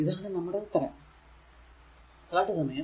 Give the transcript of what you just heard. ഇതാണ് നമ്മുടെ ഉത്തരം